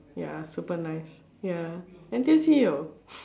ya super nice ya N_T_U_C 有